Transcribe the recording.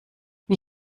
wie